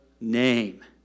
name